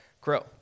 grow